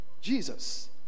Jesus